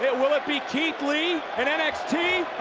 will it be keith lee in nxt